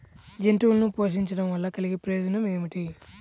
జంతువులను పోషించడం వల్ల కలిగే ప్రయోజనం ఏమిటీ?